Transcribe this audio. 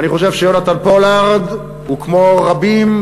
אני חושב שיונתן פולארד הוא כמו רבים,